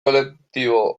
kolektibo